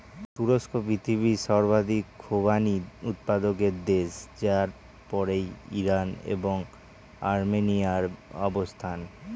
তুরস্ক পৃথিবীর সর্বাধিক খোবানি উৎপাদক দেশ যার পরেই ইরান এবং আর্মেনিয়ার অবস্থান